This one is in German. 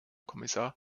kommissar